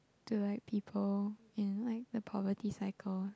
to like people in like the poverty cycle